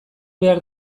behar